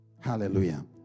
Hallelujah